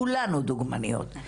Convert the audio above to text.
כולנו דוגמניות.